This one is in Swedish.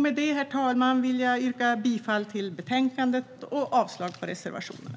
Med det, herr talman, yrkar jag bifall till förslaget i betänkandet och avslag på reservationerna.